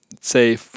say